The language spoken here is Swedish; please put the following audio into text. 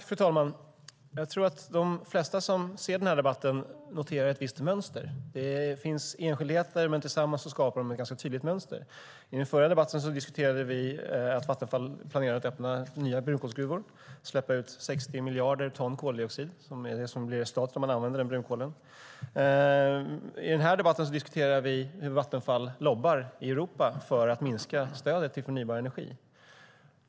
Fru talman! Jag tror att de flesta som ser den här debatten noterar ett visst mönster. Det finns enskildheter, men tillsammans skapar de ett ganska tydligt mönster. I den förra debatten diskuterade vi att Vattenfall planerar att öppna nya brunkolsgruvor och släppa ut 60 miljarder ton koldioxid, som är det som blir resultatet om man använder brunkolen. I den här debatten diskuterar vi hur Vattenfall lobbar i Europa för att minska stödet till förnybar energi.